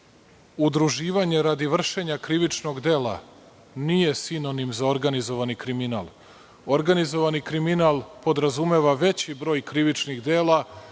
Udruživanje radi vršenja krivičnog dela nije sinonim za organizovani kriminal. Organizovani kriminal podrazumeva veći broj krivičnih dela,